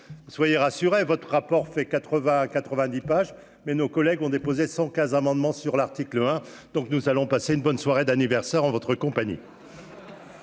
soyez rassurée, votre rapport fait 80 à 90 pages, mais nos collègues ont déposé 115 amendements sur l'article, hein, donc nous allons passer une bonne soirée d'anniversaire en votre compagnie.